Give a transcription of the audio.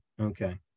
Okay